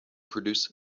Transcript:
produced